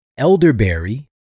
elderberry